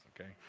Okay